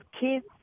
Kids